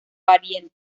pariente